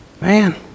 man